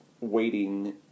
waiting